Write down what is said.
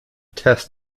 test